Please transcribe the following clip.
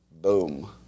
Boom